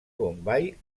bombai